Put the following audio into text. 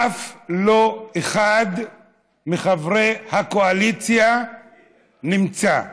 אף לא אחד מחברי הקואליציה נמצא.